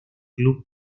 club